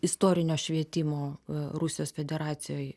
istorinio švietimo rusijos federacijoj